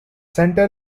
centre